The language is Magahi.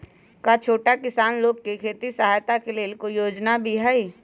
का छोटा किसान लोग के खेती सहायता के लेंल कोई योजना भी हई?